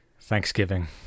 Thanksgiving